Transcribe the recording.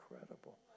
incredible